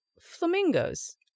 flamingos